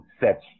sets